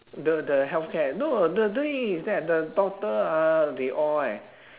the the healthcare no the thing is that the doctor ah they all like